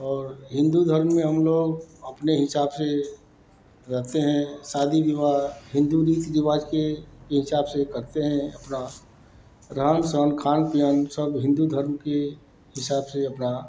और हिन्दू धर्म में हम लोग अपने हिसाब से रहते हैं शादी विवाह हिन्दू रीति रिवाज़ के हिसाब से करते हैं अपना रहन सहन खान पियन सब हिन्दू धर्म के हिसाब से अपना